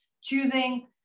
choosing